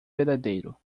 verdadeiro